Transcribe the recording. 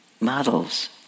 models